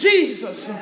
Jesus